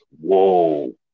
whoa